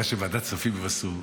מה שבוועדת כספים הם עשו,